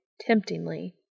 temptingly